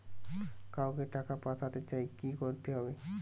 কাউকে টাকা পাঠাতে চাই কি করতে হবে?